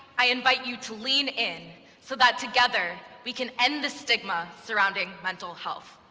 i invite you to lean in so that together, we can end the stigma surrounding mental health.